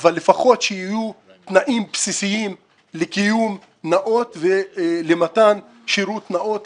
אבל לפחות שיהיו תנאים בסיסיים לקיום נאות ולמתן שירות נאות